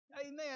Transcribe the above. Amen